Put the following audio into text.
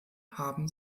haben